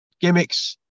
gimmicks